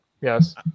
yes